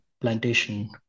plantation